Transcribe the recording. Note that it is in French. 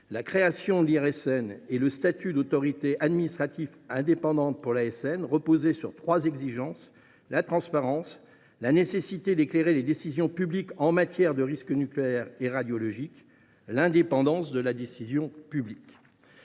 La création de l’IRSN et le statut d’autorité administrative indépendante pour l’ASN reposaient sur trois exigences : la transparence, la nécessité d’éclairer les décisions publiques en matière de risques nucléaires et radiologiques et l’indépendance de la décision publique.